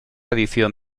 edición